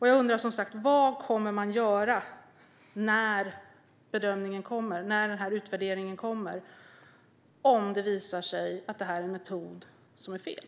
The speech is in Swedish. Jag undrar som sagt: Vad kommer man att göra när bedömningen och utvärderingen kommer om det visar sig att detta är en metod som är fel?